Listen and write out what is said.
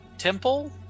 temple